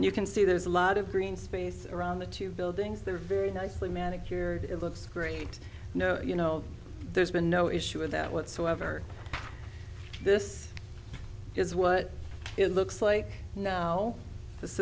buildings you can see there's a lot of green space around the two buildings that are very nicely manicured it looks great no you know there's been no issue of that whatsoever this is what it looks like now this